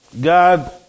God